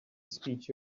speech